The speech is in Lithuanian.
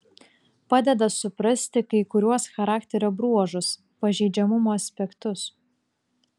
padeda suprasti kai kuriuos charakterio bruožus pažeidžiamumo aspektus